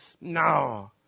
No